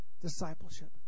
discipleship